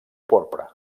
porpra